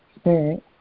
Spirit